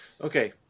Okay